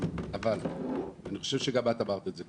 אבל אני חושב שגם את אמרת את זה,